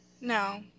No